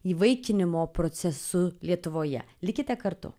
įvaikinimo procesu lietuvoje likite kartu